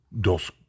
dos